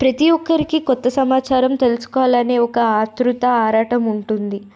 ప్రతి ఒక్కరికి క్రొత్త సమాచారం తెలుసుకోవాలనే ఒక ఆతురత ఆరాటం ఉంటుంది